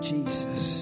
Jesus